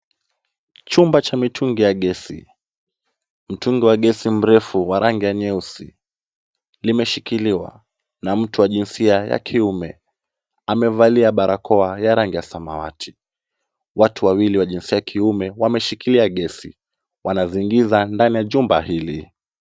Chumba cha mitungi ya gesi. Mtungi wa gesi mrefu wa rangi ya nyeusi limeshikiliwa na mtu wa jinsia ya kiume. Amevalia barakoa ya rangi ya samawati. Watu wawili wa jinsia ya kiume wameshikilia gesi wanaziingiza ndani ya jumba hili.